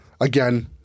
again